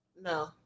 No